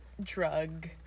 drug